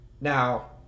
Now